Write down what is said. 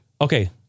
Okay